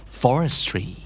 forestry